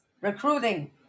recruiting